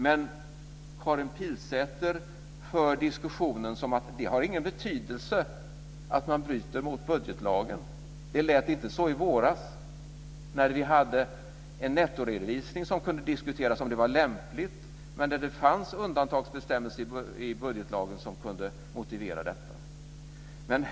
Men Karin Pilsäter för diskussionen som att det inte har någon betydelse att man bryter mot budgetlagen. Det lät inte så i våras när vi hade en nettoredovisning som kunde diskuteras om den var lämplig. Men det fanns undantagsbestämmelser i budgetlagen som kunde motivera detta.